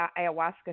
ayahuasca